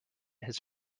his